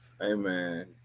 Amen